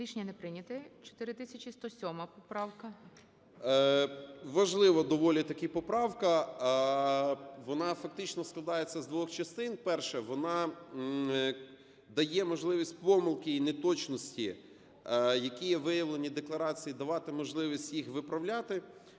Важлива доволі-таки поправка, вона фактично складається з двох частин. Перше – вона дає можливість помилки і неточності, які виявлені в декларації, давати можливість їх виправляти